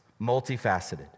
multifaceted